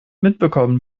mitbekommen